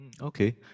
Okay